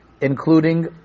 including